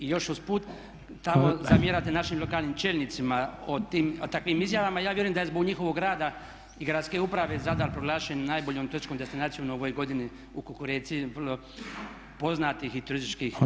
I još usput zamjerate našim lokalnim čelnicima o takvim izjavama, ja vjerujem da je zbog njihovog rada i gradske uprave Zadar proglašen najboljom točkom destinacijom u ovoj godini u konkurenciji vrlo poznatih i turističkih gradova